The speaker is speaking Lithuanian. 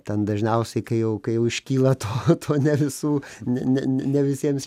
ten dažniausiai kai jau kai jau iškyla to o ne su ne ne ne ne visiems